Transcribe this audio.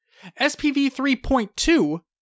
SPV3.2